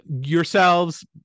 yourselves